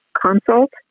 consult